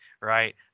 right